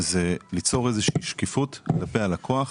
זה ליצור שקיפות כלפי הלקוח,